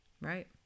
Right